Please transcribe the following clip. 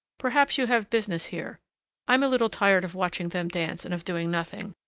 perhaps you have business here i'm a little tired of watching them dance and of doing nothing.